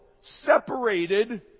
separated